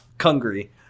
hungry